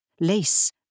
lace